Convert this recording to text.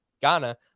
Ghana